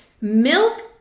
milk